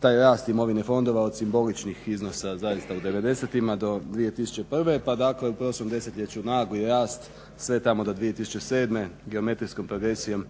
taj rast imovine fondova od simboličnih iznosa zaista u devedesetima pa do 2001.pa dakle u prošlom desetljeću nagli rast sve tamo do 2007.geometrijsko progresijom